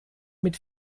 mit